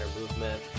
movement